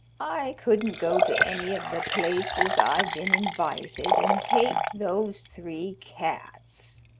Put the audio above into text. i couldn't go to any of the places i've been invited and take those three cats,